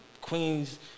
queens